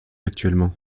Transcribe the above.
actuellement